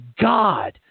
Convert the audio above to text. God